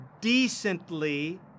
decently